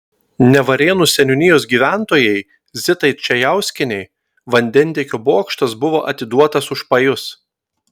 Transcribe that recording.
nevarėnų seniūnijos gyventojai zitai čajauskienei vandentiekio bokštas buvo atiduotas už pajus